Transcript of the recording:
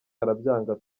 arabyanga